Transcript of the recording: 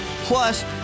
Plus